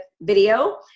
video